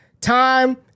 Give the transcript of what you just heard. time